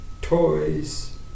toys